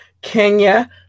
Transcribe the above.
Kenya